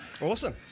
Awesome